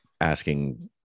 asking